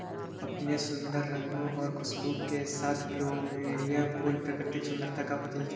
अपने सुंदर रंगों और खुशबू के साथ प्लूमेरिअ फूल प्राकृतिक सुंदरता का प्रतीक है